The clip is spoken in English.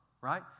right